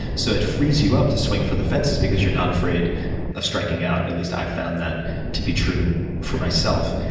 so it frees you up to swing for the fences because you're not afraid of striking out. at least, i've found that to be true for myself.